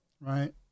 right